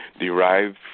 derived